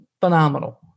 phenomenal